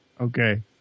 Okay